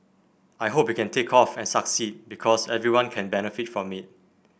I hope it can take off and succeed because everyone can benefit from it